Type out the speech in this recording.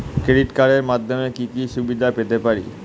Credit কার্ডের মাধ্যমে আমি কি কি সুবিধা পেতে পারি?